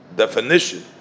definition